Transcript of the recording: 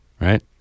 right